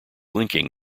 linking